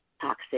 toxic